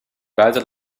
buiten